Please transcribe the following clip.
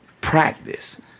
practice